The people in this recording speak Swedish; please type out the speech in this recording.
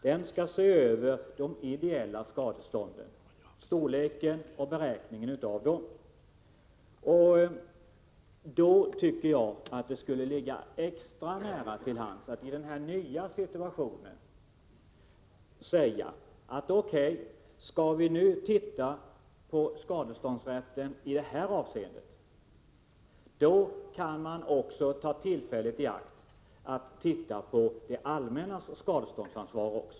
Den skall se över de ideella skadestånden —skadeståndens storlek och beräkningen av dem. Då tycker jag att det skulle ligga extra nära till hands att i denna nya situation säga, att skall man nu titta på skadeståndsrätten i detta avseende, då kan man ta tillfället i akt att titta på det allmännas skadeståndsansvar.